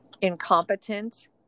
incompetent